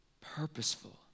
purposeful